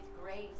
grace